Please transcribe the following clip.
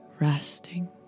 resting